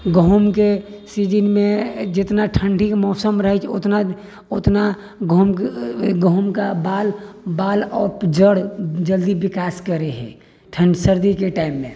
गहुँमके सीजनमे जेतना ठण्डीके मौसम रहैत छै ओतना गहुँमके बाल आओर जड़ जल्दी विकास करैत हइ ठण्ड सर्दीके टाइममे